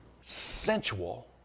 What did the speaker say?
sensual